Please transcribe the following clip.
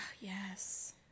Yes